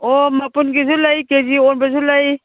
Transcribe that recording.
ꯑꯣ ꯃꯄꯨꯟꯒꯤꯁꯨ ꯂꯩ ꯀꯩꯖꯤ ꯑꯣꯟꯕꯁꯨ ꯂꯩ